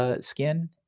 Skin